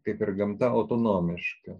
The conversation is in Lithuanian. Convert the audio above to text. kaip ir gamta autonomiška